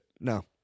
No